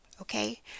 okay